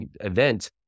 event